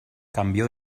cambió